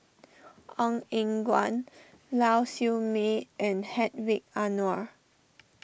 Ong Eng Guan Lau Siew Mei and Hedwig Anuar